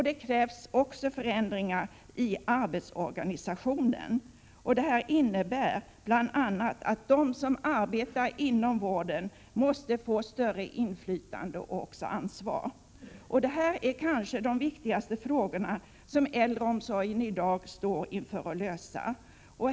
Det krävs också förändringar i arbetsorganisationen. Det innebär bl.a. att de som arbetar inom vården måste få större inflytande och ansvar. Detta är kanske de viktigaste frågor som äldreomsorgen i dag har att lösa.